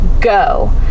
go